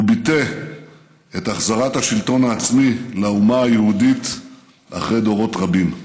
והוא ביטא את החזרת השלטון העצמי לאומה היהודית אחרי דורות רבים.